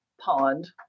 pond